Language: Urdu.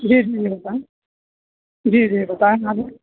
جی جی بتائیں جی جی بتائیں